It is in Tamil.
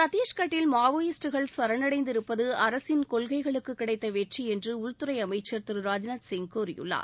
சத்தீஷ்கட்டில் மாவோயிஸ்ட்டுகள் சரணடைந்திருப்பது அரசின் கொள்கைகளுக்கு கிடைத்த வெற்றி என்று உள்துறை அமைச்சர் திரு ராஜ்நாத் சிங் கூறியுள்ளார்